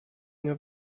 dnia